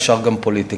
אפשר גם פוליטיקה,